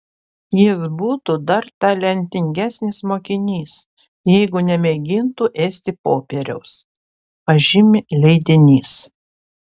jis būtų dar talentingesnis mokinys jeigu nemėgintų ėsti popieriaus pažymi leidinys